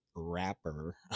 rapper